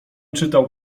czytał